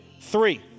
three